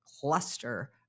cluster